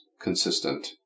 consistent